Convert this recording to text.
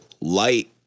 light